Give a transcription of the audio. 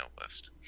list